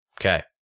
Okay